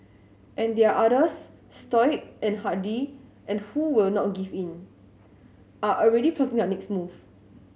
and there are others stoic and hardy and who will not give in are already plotting their next move